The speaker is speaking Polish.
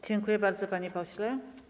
Dziękuję bardzo, panie pośle.